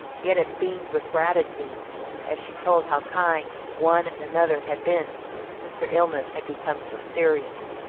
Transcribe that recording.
yet it beamed with gratitude as she told how kind one and another had been since her illness had become so serious.